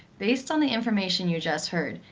based on the information you just heard,